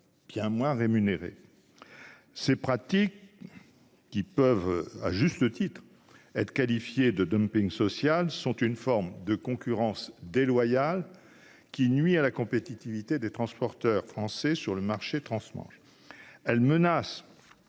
bien moins rémunérés. Ces pratiques, qui peuvent à juste titre être qualifiées de dumping social, sont une forme de concurrence déloyale nuisant à la compétitivité des transporteurs français sur le marché transmanche.